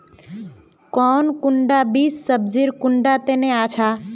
कौन कुंडा बीस सब्जिर कुंडा तने अच्छा?